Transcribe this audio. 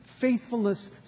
faithfulness